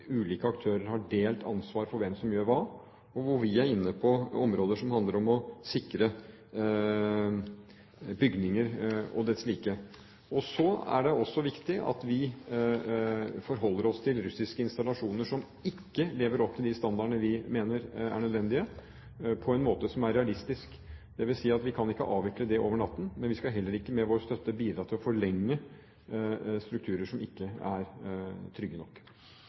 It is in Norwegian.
ulike aktører har delt ansvar for hvem som gjør hva, og hvor vi er inne på områder som handler om å sikre bygninger og desslike. Det er også viktig at vi forholder oss til russiske installasjoner som ikke lever opp til de standardene vi mener er nødvendige på en måte som er realistisk. Det vil si at vi kan ikke avvikle dem over natten, men vi skal heller ikke med vår støtte bidra til å forlenge strukturer som ikke er trygge nok.